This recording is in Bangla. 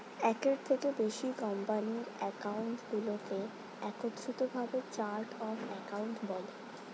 একের থেকে বেশি কোম্পানির অ্যাকাউন্টগুলোকে একত্রিত ভাবে চার্ট অফ অ্যাকাউন্ট বলে